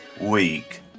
week